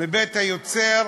מבית היוצר,